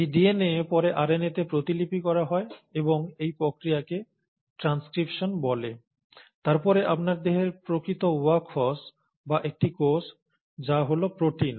এই ডিএনএ পরে আরএনএতে প্রতিলিপি করা হয় এবং এই প্রক্রিয়াকে ট্রানস্ক্রিপশন বলে তারপরে আপনার দেহের প্রকৃত ওয়ার্ক হরস বা একটি কোষ যা হল প্রোটিন